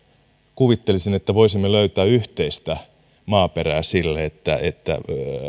kuvittelisin että voisimme löytää yhteistä maaperää sille että että